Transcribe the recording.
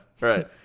Right